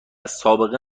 سابقه